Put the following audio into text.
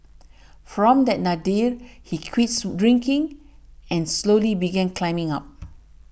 from that nadir he quits drinking and slowly began climbing up